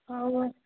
ହଉ ଆଉ